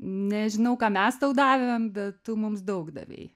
nežinau ką mes tau davėm bet tu mums daug davei